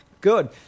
Good